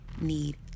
need